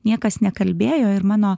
niekas nekalbėjo ir mano